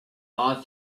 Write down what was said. all